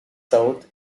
south